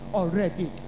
already